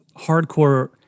hardcore